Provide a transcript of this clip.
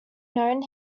known